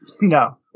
No